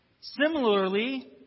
Similarly